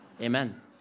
Amen